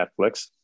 Netflix